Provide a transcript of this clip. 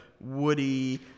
woody